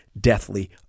deathly